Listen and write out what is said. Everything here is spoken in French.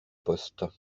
poste